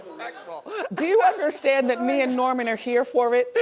do you understand that me and norman are here for it?